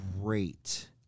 great